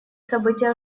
события